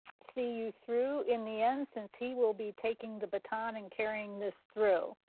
see you through in the end since he will be taking the baton and caring this through.